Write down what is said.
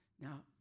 now